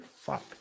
Fuck